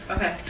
Okay